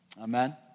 Amen